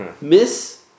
Miss